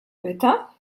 pyta